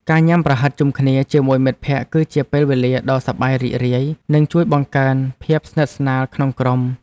ការញ៉ាំប្រហិតជុំគ្នាជាមួយមិត្តភក្តិគឺជាពេលវេលាដ៏សប្បាយរីករាយនិងជួយបង្កើនភាពស្និទ្ធស្នាលក្នុងក្រុម។